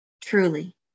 truly